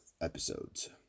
episodes